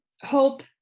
hope